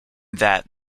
that